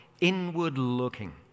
inward-looking